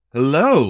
Hello